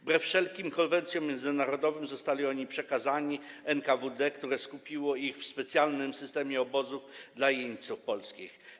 Wbrew wszelkim konwencjom międzynarodowym zostali oni przekazani NKWD, które skupiło ich w specjalnym systemie obozów dla jeńców polskich.